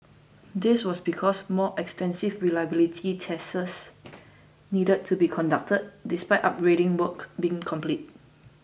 this was because more extensive reliability tests needed to be conducted despite upgrading work being complete